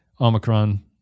Omicron